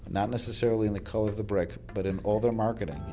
not necessarily in the color of the brick, but in all their marketing.